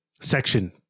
section